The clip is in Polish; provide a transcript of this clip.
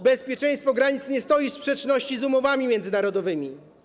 Bezpieczeństwo granic nie stoi w sprzeczności z umowami międzynarodowymi.